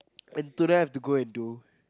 and today I have to go and do